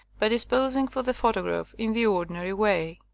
but is posing for the pho tograph in the ordinary way.